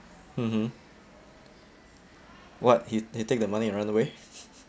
mmhmm what he he take that money and run away